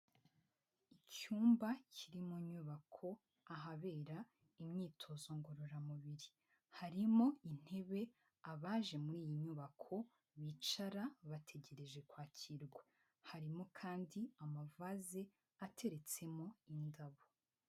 Icyumba kiri mu nyubako ahabera imyitozo ngororamubiri. Harimo intebe abaje muri iyi nyubako bicara bategereje kwakirwa. Harimo kandi amavaze ateretsemo indabo.